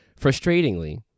Frustratingly